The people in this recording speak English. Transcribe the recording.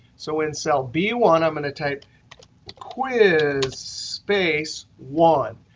so in cell b one, i'm going to type quiz space one.